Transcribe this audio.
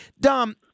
Dom